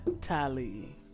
Tali